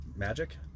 magic